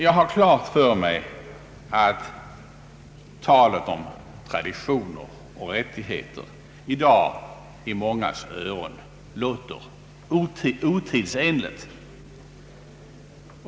Jag har klart för mig att talet om traditioner och rättigheter i dag i mångas öron låter otidsenligt.